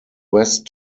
west